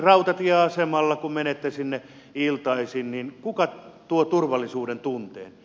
rautatieasemalle kun menette iltaisin niin kuka tuo turvallisuudentunteen